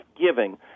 giving